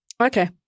Okay